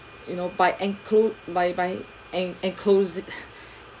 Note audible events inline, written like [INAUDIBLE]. you know by enclo~ by by en~ enclose it [BREATH]